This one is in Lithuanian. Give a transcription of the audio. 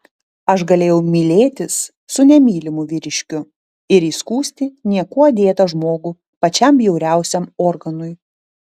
aš galėjau mylėtis su nemylimu vyriškiu ir įskųsti niekuo dėtą žmogų pačiam bjauriausiam organui